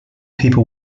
people